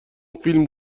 فیلم